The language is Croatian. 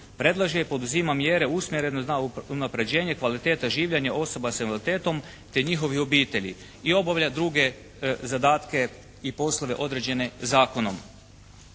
Predlaže i poduzima mjere usmjere na unapređenje kvaliteta življenja osoba sa invaliditetom te njihovih obitelji. I obavlja druge zadatke i poslove određene zakonom.